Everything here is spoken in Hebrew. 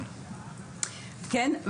כן,